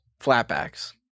Flatbacks